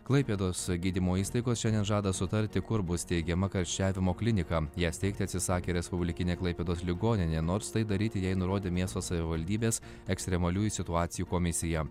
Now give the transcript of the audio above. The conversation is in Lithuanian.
klaipėdos gydymo įstaigos šiandien žada sutarti kur bus steigiama karščiavimo klinika jas teikti atsisakė respublikinė klaipėdos ligoninė nors tai daryti jai nurodė miesto savivaldybės ekstremaliųjų situacijų komisija